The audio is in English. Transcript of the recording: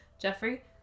Jeffrey